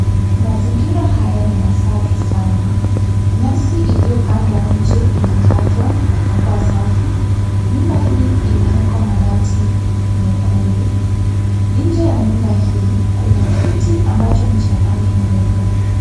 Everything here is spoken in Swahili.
Mazingira haya ni masafi sana nyasi iliyo kando ya nje imekatawa na ikakuwa safi nyumba hii imewekwa mabati mekundu. Nje ya nyumba hii kuna kiti ambacho ni cha rangi nyeupe.